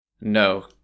No